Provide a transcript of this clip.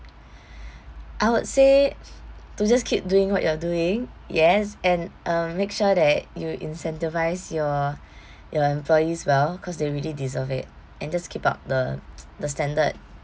I would say to just keep doing what you're doing yes and um make sure that you incentivize your your employees well cause they really deserve it and just keep up the the standard